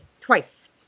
Twice